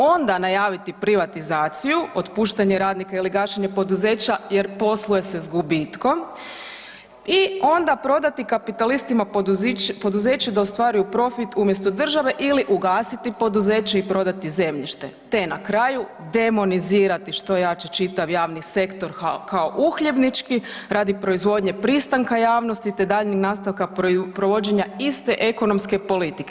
Onda najaviti privatizaciju, otpuštanje radnika ili gašenje poduzeća jer posluje se s gubitkom i onda prodati kapitalistima poduzeće da ostvaruju profit umjesto države ili ugasiti poduzeće i prodati zemljište te na kraju demonizirati što jače čitav javni sektor kao uhljebnički radi proizvodnje pristanka javnosti te daljnjeg nastavka provođenja iste ekonomske politike.